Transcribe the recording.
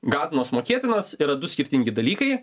gautinos mokėtinos yra du skirtingi dalykai